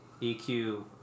EQ